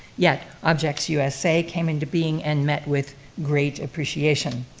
yet objects usa came into being and met with great appreciation.